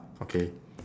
okay